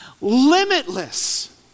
limitless